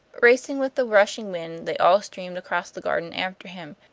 racing with the rushing wind they all streamed across the garden after him,